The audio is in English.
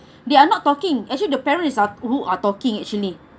they are not talking actually the parents are ru~ are talking actually